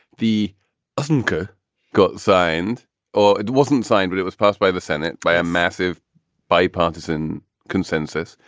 the unca got signed or it wasn't signed, but it was passed by the senate by a massive bipartisan consensus.